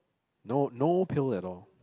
no no pill at all